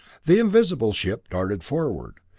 the invisible ship darted forward.